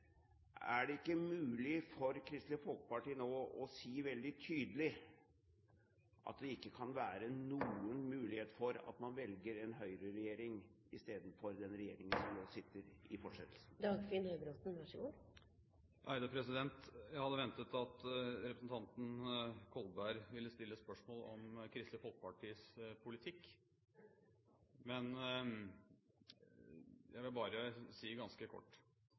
er: Er det ikke mulig for Kristelig Folkeparti å si veldig tydelig nå at det ikke kan være noen mulighet for at man i fortsettelsen velger en høyreregjering istedenfor den regjeringen som nå sitter? Jeg hadde ventet at representanten Kolberg ville stille spørsmål om Kristelig Folkepartis politikk. Jeg vil bare si ganske kort: